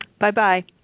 Bye-bye